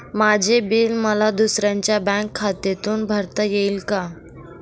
माझे बिल मला दुसऱ्यांच्या बँक खात्यातून भरता येईल का?